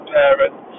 parents